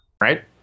Right